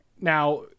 Now